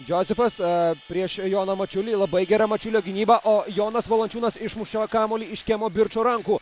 džozefas prieš joną mačiulį labai gera mačiulio gynyba o jonas valančiūnas išmuša kamuolį iš kemo birčo rankų